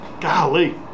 golly